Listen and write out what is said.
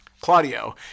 Claudio